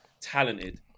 talented